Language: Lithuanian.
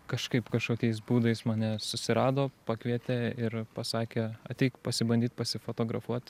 kažkaip kažkokiais būdais mane susirado pakvietė ir pasakė ateik pasibandyt pasifotografuot